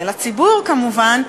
ולציבור כמובן,